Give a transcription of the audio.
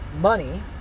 money